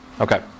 Okay